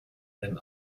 them